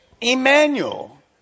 Emmanuel